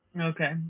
Okay